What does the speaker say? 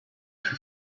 for